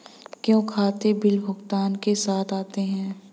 क्या खाते बिल भुगतान के साथ आते हैं?